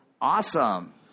Awesome